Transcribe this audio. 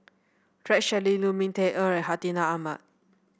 Rex Shelley Lu Ming Teh Earl Hartinah Ahmad